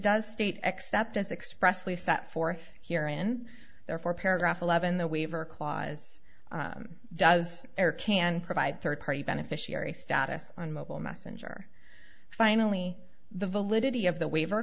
does state acceptance expressly set forth here in there for paragraph eleven the waiver clause does air can provide third party beneficiary status on mobile messenger finally the validity of the waiver